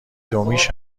دومیش